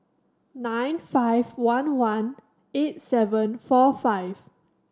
nine five one one eight seven four five